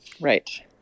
Right